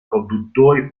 produttori